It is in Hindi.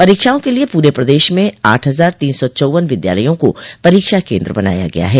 परीक्षाओं के लिये पूरे प्रदेश में आठ हजार तीन सौ चौव्वन विद्यालयों को परीक्षा केन्द्र बनाया गया है